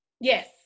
Yes